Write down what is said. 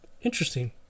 interesting